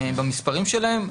במספרים שלהם.